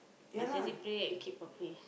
must really pray and keep properly